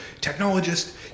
technologists